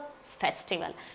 festival